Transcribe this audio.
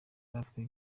afite